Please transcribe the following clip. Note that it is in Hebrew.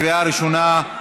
לקריאה ראשונה.